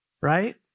Right